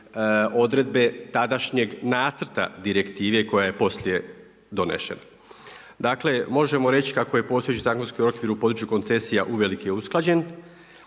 odredbe tadašnjeg nacrta direktive koja je poslije donešena. Dakle, možemo reći kako je postojeći zakonski okvir u području koncesija uvelike usklađen